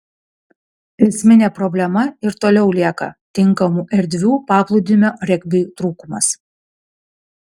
esminė problema ir toliau lieka tinkamų erdvių paplūdimio regbiui trūkumas